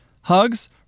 hugs